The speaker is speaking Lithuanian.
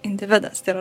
individas tai yra